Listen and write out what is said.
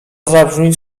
zabrzmieć